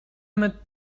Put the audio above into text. mit